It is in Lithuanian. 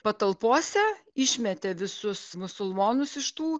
patalpose išmetė visus musulmonus iš tų